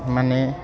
माने